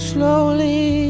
Slowly